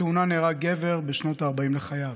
בתאונה נהרג גבר בשנות ה-40 לחייו.